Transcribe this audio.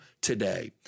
today